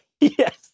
yes